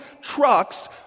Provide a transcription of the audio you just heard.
trucks